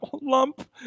lump